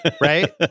Right